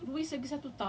to propose